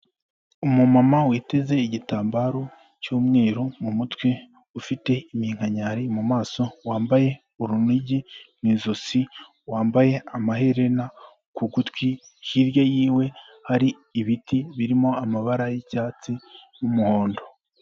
Umumama witeze igitambaro cy'umweru mu mutwe, ufite iminkanyari mu maso, wambaye urunigi mu ijosi wambaye amaherena ku gutwi, hirya yiwe hari ibiti birimo amabara y'icyatsi n'umuhondo.